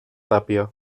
tàpia